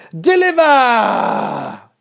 Deliver